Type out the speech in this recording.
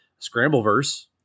Scrambleverse